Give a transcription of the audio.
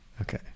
Okay